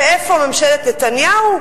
ואיפה ממשלת נתניהו?